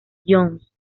jones